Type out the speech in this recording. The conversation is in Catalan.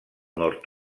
nord